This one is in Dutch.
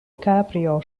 caprio